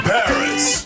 Paris